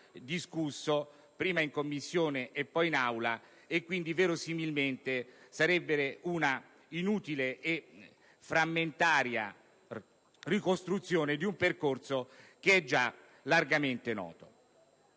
discusso, prima in Commissione, poi in Aula, per cui verosimilmente si tratterebbe dell'inutile e frammentaria ricostruzione di un percorso già largamente noto.